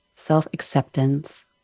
self-acceptance